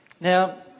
Now